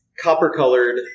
copper-colored